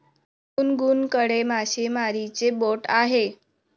गुनगुनकडे मासेमारीची बोट आहे